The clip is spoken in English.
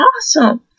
awesome